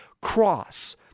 cross